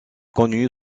connu